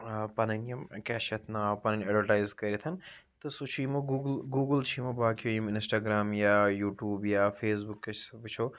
پَنٕنۍ یِم کیاہ چھِ اَتھ ناو پَنٕنۍ ایڈوَٹایز کٔرِتھ تہٕ سُہ چھُ یِمو گوٗگل گوٗگل چھِ یِمو باقٕیو یِم اِنسٹاگرام یا یوٗٹیوٗب یا فیسبُک أسۍ وٕچھو